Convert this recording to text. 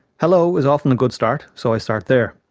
hello is often a good start, so i start there.